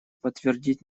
подтвердить